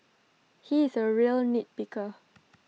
he is A real nitpicker